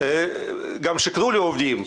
גם שיקרו לעובדים,